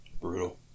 brutal